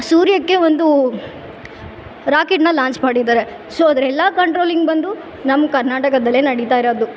ಸೂರ್ಯಕ್ಕೆ ಒಂದು ರಾಕೆಟ್ನ ಲಾಂಚ್ ಮಾಡಿದ್ದಾರೆ ಸೊ ಅದೆಲ್ಲಾ ಕಂಟ್ರೋಲಿಂಗ್ ಬಂದು ನಮ್ಮ ಕರ್ನಾಟಕದಲ್ಲೇ ನಡಿತಾಯಿರೋದು